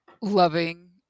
loving